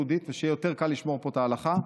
ושיהיה יותר קל לשמור פה את ההלכה,